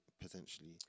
potentially